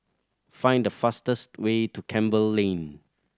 find the fastest way to Campbell Lane